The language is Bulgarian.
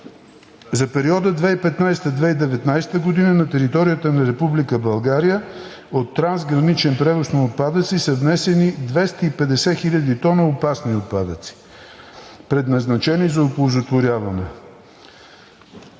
За периода 2015 – 2019 г. на територията на Република България от трансграничен превоз на отпадъци са внесени 250 000 т опасни отпадъци, предназначени за оползотворяване.